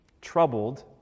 troubled